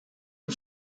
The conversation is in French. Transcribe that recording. une